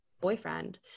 boyfriend